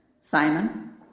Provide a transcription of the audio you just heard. Simon